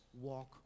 walk